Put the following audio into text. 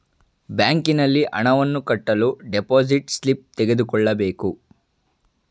ಬ್ಯಾಂಕಿನಲ್ಲಿ ಹಣವನ್ನು ಕಟ್ಟಲು ಡೆಪೋಸಿಟ್ ಸ್ಲಿಪ್ ತೆಗೆದುಕೊಳ್ಳಬೇಕು